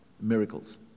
miracles